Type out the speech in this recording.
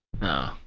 No